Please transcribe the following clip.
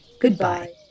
Goodbye